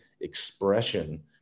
expression